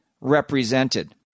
represented